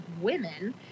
women